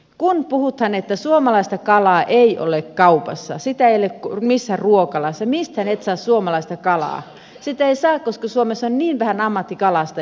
kun puhutaan että suomalaista kalaa ei ole kaupassa sitä ei ole missään ruokalassa mistään et saa suomalaista kalaa sitä ei saa koska suomessa on niin vähän ammattikalastajia